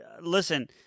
listen